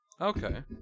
Okay